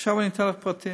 עכשיו אני אתן לך פרטים.